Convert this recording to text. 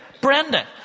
Brenda